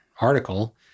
article